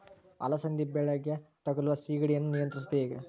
ಅಲಸಂದಿ ಬಳ್ಳಿಗೆ ತಗುಲುವ ಸೇಗಡಿ ಯನ್ನು ನಿಯಂತ್ರಿಸುವುದು ಹೇಗೆ?